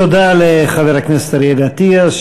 תודה לחבר הכנסת אריאל אטיאס,